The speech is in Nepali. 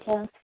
हुन्छ